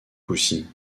coucy